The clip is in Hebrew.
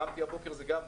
קמתי הבוקר זה גם נס.